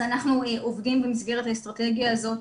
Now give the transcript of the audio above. אז אנחנו עובדים במסגרת האסטרטגיה הזאת